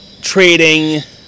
trading